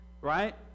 Right